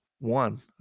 one